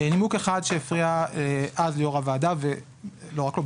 נימוק אחד שהפריע אז ליושב-ראש הוועדה ולא רק לו,